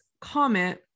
comment